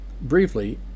briefly